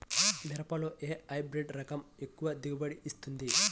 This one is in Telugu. మిరపలో ఏ హైబ్రిడ్ రకం ఎక్కువ దిగుబడిని ఇస్తుంది?